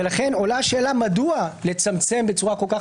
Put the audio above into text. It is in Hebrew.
ולכן עולה השאלה מדוע לצמצם בצורה כל כך